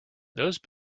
those